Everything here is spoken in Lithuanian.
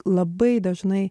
labai dažnai